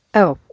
oh,